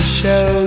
show